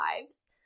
lives